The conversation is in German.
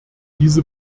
diese